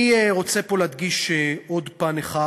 אני רוצה פה להדגיש עוד פן אחד,